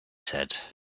said